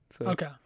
okay